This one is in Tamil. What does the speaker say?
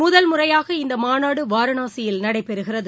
முதல் முறையாக இந்தமாநாடுவாரணாசியில் நடைபெறுகிறது